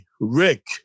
Rick